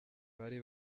bari